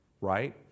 Right